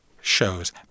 shows